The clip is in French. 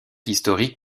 historique